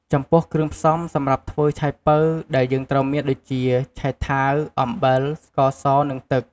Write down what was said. ចំពោះគ្រឿងផ្សំសម្រាប់ធ្វើឆៃប៉ូវដែលយេីងត្រូវមានដូចជា ឆៃថាវ អំបិល ស្ករស និង ទឹក។